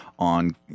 on